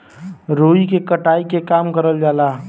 रुई के कटाई के काम करल जाला